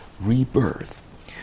rebirth